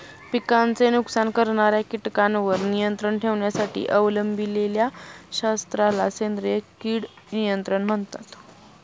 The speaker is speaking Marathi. पिकांचे नुकसान करणाऱ्या कीटकांवर नियंत्रण ठेवण्यासाठी अवलंबिलेल्या शास्त्राला सेंद्रिय कीड नियंत्रण म्हणतात